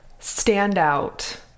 standout